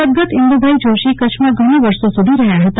સદગત ઈન્દુભાઈ જોષી કચ્છમાં ઘણા વર્ષો સુધી રહ્યા હતા